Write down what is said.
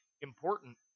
important